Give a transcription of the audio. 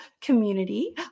community